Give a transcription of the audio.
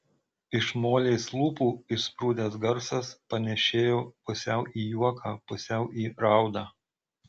iš molės lūpų išsprūdęs garsas panėšėjo pusiau į juoką pusiau į raudą